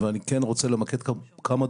ואני כן רוצה למקד כמה דוגמאות,